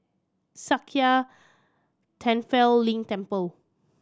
Sakya Tenphel Ling Temple